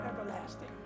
everlasting